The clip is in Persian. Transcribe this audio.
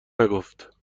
نگفت